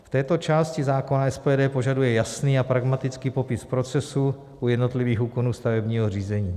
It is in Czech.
V této části zákona SPD požaduje jasný a pragmatický popis procesů u jednotlivých úkonů stavebního řízení.